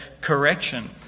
correction